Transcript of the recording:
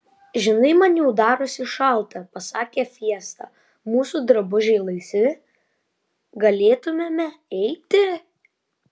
žinai man jau darosi šalta pasakė fiesta mūsų drabužiai laisvi galėtumėme eiti